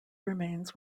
remains